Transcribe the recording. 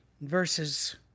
Verses